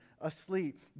asleep